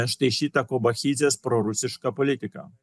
štai šitą kobachidzės prorusišką politiką